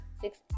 six